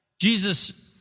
Jesus